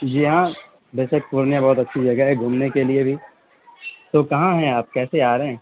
جی ہاں ویسے پورنیہ بہت اچھی جگہ ہے گھومنے کے لیے بھی تو کہاں ہیں آپ کیسے آ رہے ہیں